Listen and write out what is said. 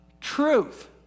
truth